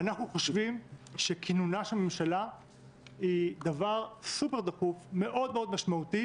אנחנו חושבים שכינונה של ממשלה היא דבר סופר דחוף מאוד משמעותי